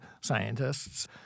scientists